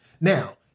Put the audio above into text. Now